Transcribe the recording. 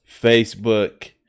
Facebook